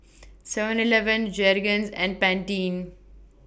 Seven Eleven Jergens and Pantene